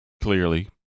Clearly